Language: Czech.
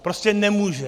Prostě nemůže.